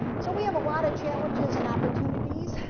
so we have a lot of challenges and opportunities,